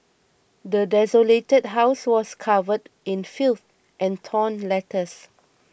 the desolated house was covered in filth and torn letters